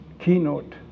keynote